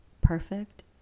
perfect